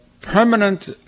permanent